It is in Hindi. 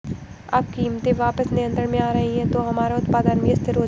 अब कीमतें वापस नियंत्रण में आ रही हैं तो हमारा उत्पादन भी स्थिर हो जाएगा